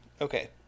okay